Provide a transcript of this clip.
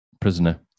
Prisoner